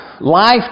life